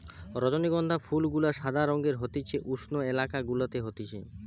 রজনীগন্ধা ফুল গুলা সাদা রঙের হতিছে উষ্ণ এলাকা গুলাতে হতিছে